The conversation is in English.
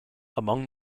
among